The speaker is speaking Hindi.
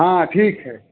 हाँ ठीक है